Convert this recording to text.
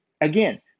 Again